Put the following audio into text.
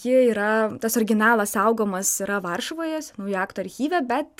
ji yra tas originalas saugomas yra varšuvoje senųjų aktų archyve bet